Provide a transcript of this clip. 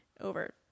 over